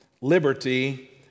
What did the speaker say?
liberty